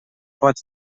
pot